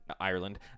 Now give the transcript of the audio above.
Ireland